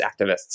activists